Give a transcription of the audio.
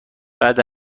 بعد